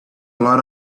lot